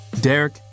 Derek